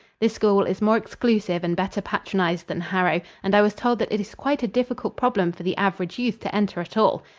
this school is more exclusive and better patronized than harrow, and i was told that it is quite a difficult problem for the average youth to enter at all.